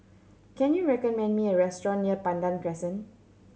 can you recommend me a restaurant near Pandan Crescent